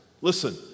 Listen